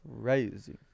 crazy